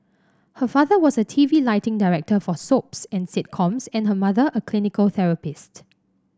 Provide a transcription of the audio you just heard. her father was a T V lighting director for soaps and sitcoms and her mother a clinical therapist